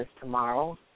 tomorrow